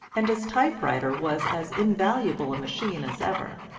and his type writer was as invaluable a machine as ever,